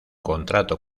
contrato